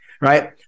right